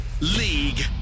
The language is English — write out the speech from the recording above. League